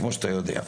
כמו שאתה יודע.